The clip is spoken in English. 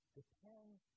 depends